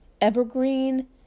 evergreen